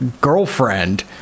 girlfriend